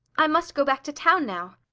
i must go back to town now.